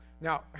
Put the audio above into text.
Now